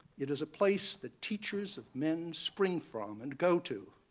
it is a place the teachers of men spring from and go to.